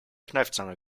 kneifzange